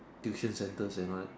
tuition centre and then like